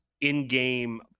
in-game